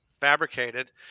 fabricated